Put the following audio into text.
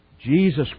Jesus